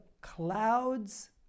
clouds